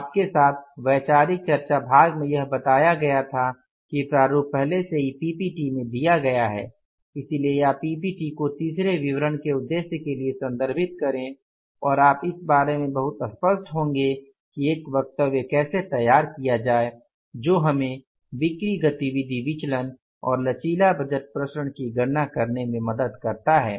आपके साथ वैचारिक चर्चा भाग में यह बताया गया था कि प्रारूप पहले से ही PPT में दिया गया है इसलिए आप PPT को तीसरे विवरण के उद्देश्य के लिए संदर्भित करे और आप इस बारे में बहुत स्पष्ट होंगे कि एक वक्तव्य कैसे तैयार किया जाए जो हमें बिक्री गतिविधि विचलन और लचीला बजट विचरण की गणना करने में मदद करता है